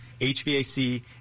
HVAC